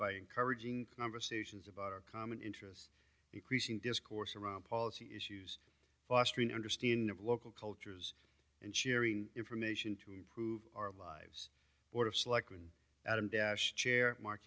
by encouraging conversations about our common interests increasing discourse around policy issues fostering understanding of local cultures and sharing information to improve our lives board of selectmen adam dash chair mark